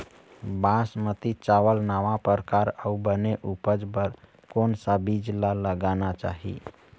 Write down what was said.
बासमती चावल नावा परकार अऊ बने उपज बर कोन सा बीज ला लगाना चाही?